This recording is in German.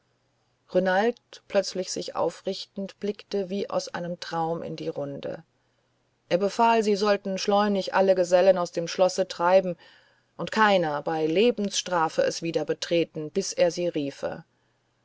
renald plötzlich sich aufrichtend blickte wie aus einem traum in die runde er befahl sie sollten schleunig alle gesellen aus dem schlosse treiben und keiner bei lebensstrafe es wieder betreten bis er sie riefe